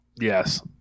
Yes